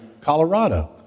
Colorado